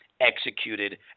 executed